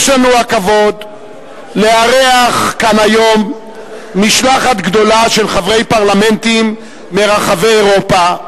יש לנו הכבוד לארח כאן היום משלחת גדולה של חברי פרלמנטים מרחבי אירופה,